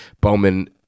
Bowman